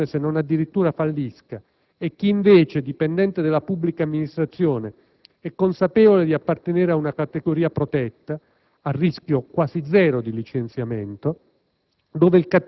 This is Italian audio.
integrazione, se non addirittura fallisca e chi invece, dipendente della pubblica amministrazione, è consapevole di appartenere ad una categoria protetta, a rischio quasi zero di licenziamento